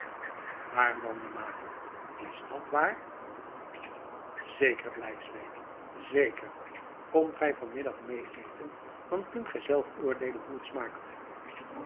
maar mandenmaker is dat wààr zeker bleiswijck zeker komt gij vanmiddag mee eten dan kunt gij zelf oordeelen hoe het smaakt